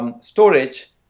Storage